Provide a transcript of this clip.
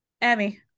Emmy